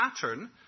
pattern